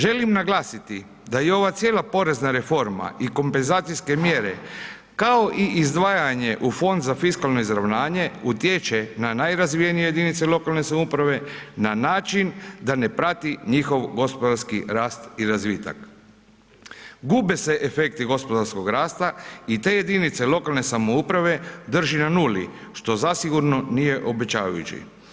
Želim naglasiti da je i ova cijela porezna reforma i kompenzacijske mjere, kao i izdvajanje u Fond za fiskalno izravnanje utječe na najrazvijenije jedinice lokalne samouprave na način da ne prati njihov gospodarski rast i razvitak, gube se efekti gospodarskog rasta i te jedinice lokalne samouprave drži na nuli, što zasigurno nije obećavajući.